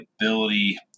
ability